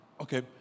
Okay